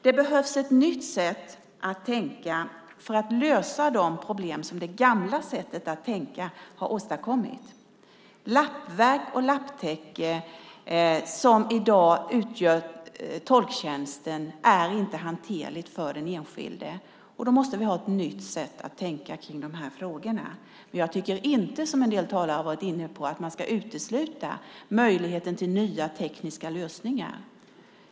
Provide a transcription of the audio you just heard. Det behövs ett nytt sätt att tänka för att lösa de problem som det gamla sättet att tänka har åstadkommit. De lappverk och lapptäcken som i dag utgör tolktjänsten är inte hanterliga för den enskilde. Då måste vi ha ett nytt sätt att tänka i dessa frågor. Jag tycker inte, som en del talare har varit inne på, att man ska utesluta möjligheten till nya tekniska lösningar.